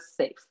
safe